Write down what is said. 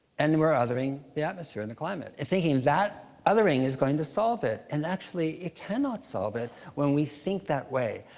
and we're othering the atmosphere and the climate, and thinking that othering is going to solve it. and actually, it cannot solve it when we think that way.